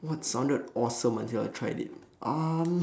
what sounded awesome until I tried it um